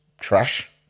trash